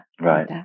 Right